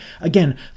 Again